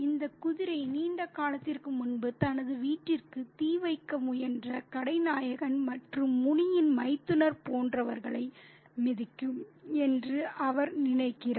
இந்த குதிரை நீண்ட காலத்திற்கு முன்பு தனது வீட்டிற்கு தீ வைக்க முயன்ற கடை நாயகன் மற்றும் முனியின் மைத்துனர் போன்றவர்களை மிதிக்கும் என்று அவர் நினைக்கிறார்